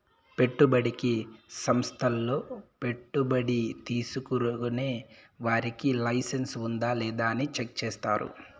పెట్టుబడికి సంస్థల్లో పెట్టుబడి తీసుకునే వారికి లైసెన్స్ ఉందా లేదా అని చెక్ చేస్తారు